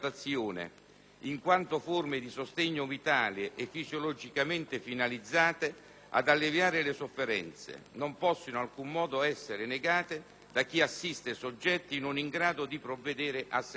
in quanto forme di sostegno vitale e fisiologicamente finalizzate ad alleviare le sofferenze, non possono in alcun caso essere negate da chi assiste soggetti non in grado di provvedere a se stessi».